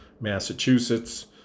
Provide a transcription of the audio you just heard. Massachusetts